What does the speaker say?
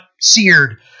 seared